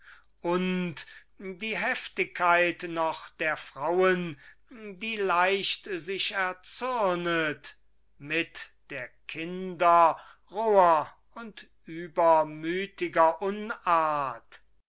und die heftigkeit noch der frauen die leicht sich erzürnet mit der kinder roher und übermütiger unart